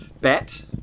Bat